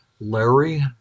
Larry